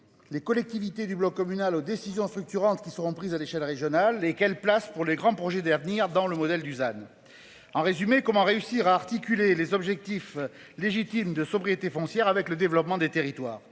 les collectivités du bloc communal aux décisions structurantes qui seront prises à l'échelle régionale et quelle place pour les grands projets d'avenir dans le modèle Dusan. En résumé, comment réussir à articuler les objectifs légitimes de sobriété foncière avec le développement des territoires,